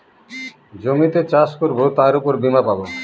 জমিতে চাষ করবো তার উপর বীমা পাবো